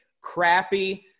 crappy